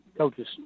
coaches